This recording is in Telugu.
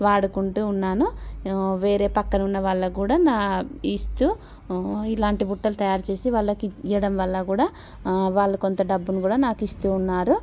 వాడుకుంటూ ఉన్నాను వేరే పక్కన ఉన్న వాళ్ళకు కూడా నా ఇస్తూ ఇలాంటి బుట్టలు తయారు చేసి వాళ్ళకి ఇయడం వల్ల కూడా వాళ్ళు కొంత డబ్బును కూడా నాకు ఇస్తూ ఉన్నారు